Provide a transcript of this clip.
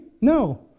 No